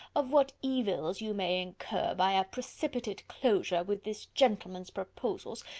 of what evils you may incur by a precipitate closure with this gentleman's proposals,